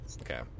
Okay